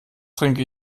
trinke